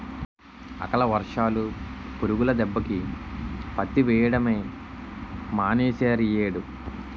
అకాల వర్షాలు, పురుగుల దెబ్బకి పత్తి వెయ్యడమే మానీసేరియ్యేడు